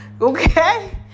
okay